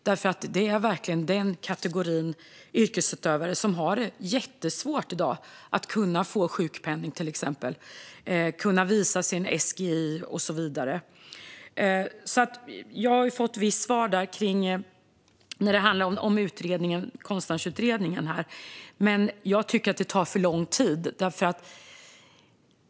Detta är nämligen den kategori yrkesutövare som har det jättesvårt i dag att kunna få till exempel sjukpenning, kunna visa sin SGI och så vidare. Jag har till viss del fått svar när det handlar om den konstnärspolitiska utredningen. Men jag tycker att det tar för lång tid.